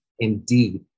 Indeed